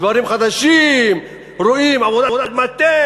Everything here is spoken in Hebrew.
קונה לה דברים, קונה תכשיטים, קונה הכול.